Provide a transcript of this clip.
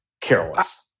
careless